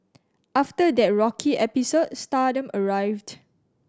after that rocky episode stardom arrived